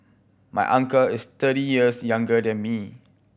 my uncle is thirty years younger than me